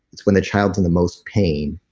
it's when the child's in the most pain,